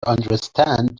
understand